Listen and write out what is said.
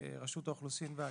מרשות האוכלוסין וההגירה,